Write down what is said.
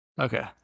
Okay